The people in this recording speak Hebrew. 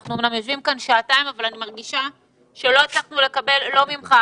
אנחנו אמנם יושבים כאן שעתיים אבל אני מרגישה שלא הצלחנו לקבל לא ממך,